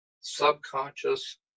subconscious